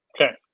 Okay